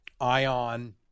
Ion